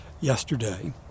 yesterday